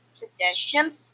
suggestions